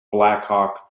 blackhawk